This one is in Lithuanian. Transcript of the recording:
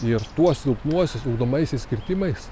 ir tuos silpnuosius ugdomaisiais kirtimais